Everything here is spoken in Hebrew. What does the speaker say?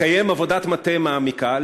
לקיים עבודת מטה מעמיקה,